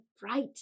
bright